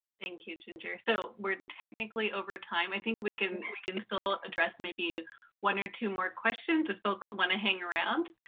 thank you, ginger. so we're technically over time. i think we can can still address maybe one or two more questions if folks want to hang around.